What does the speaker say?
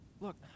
Look